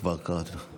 כבר קראתי לך.